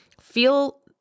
feel